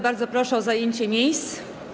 Bardzo proszę o zajęcie miejsc.